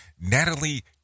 natalie